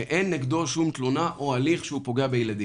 שאין נגדו שום תלונה או הליך שהוא פוגע בילדים.